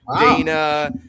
Dana